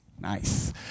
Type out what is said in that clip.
Nice